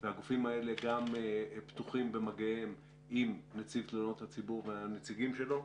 והגופים האלה גם פתוחים במגעיהם עם נציב תלונות הציבור והנציגים שלו.